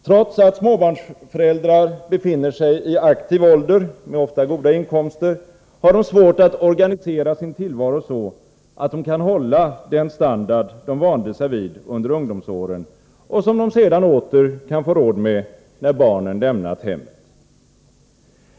Trots att småbarnsföräldrar befinner sig i aktiv ålder med ofta goda inkomster, har de svårt att organisera sin tillvaro så, att de kan hålla den standard de vande sig vid under ungdomsåren och som de sedan åter kan få råd med när barnen lämnat hemmet.